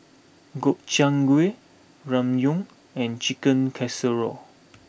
Gobchang Gui Ramyeon and Chicken Casserole